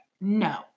No